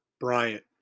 Bryant